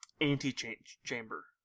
Anti-Chamber